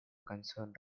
concerned